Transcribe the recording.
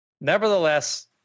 Nevertheless